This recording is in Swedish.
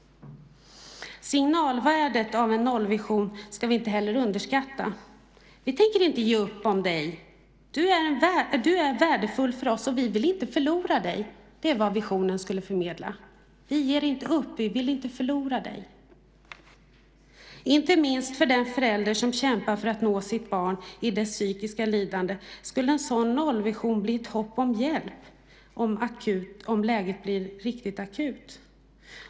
Signalvärdet av en nollvision ska vi inte heller underskatta. Vi tänker inte ge upp om dig. Du är värdefull för oss och vi vill inte förlora dig. Det är vad visionen skulle förmedla. Vi ger inte upp, vi vill inte förlora dig. Inte minst för den förälder som kämpar för att nå sitt barn i dess psykiska lidande skulle en sådan nollvision bli ett hopp om hjälp om läget blir riktigt akut.